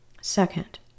Second